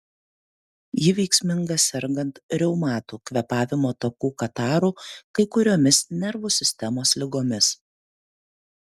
ji veiksminga sergant reumatu kvėpavimo takų kataru kai kuriomis nervų sistemos ligomis